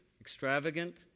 extravagant